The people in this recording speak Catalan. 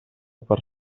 per